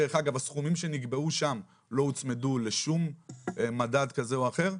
דרך אגב הסכומים שנקבעו שם לא הוצמדו לשום מדד כזה או אחר.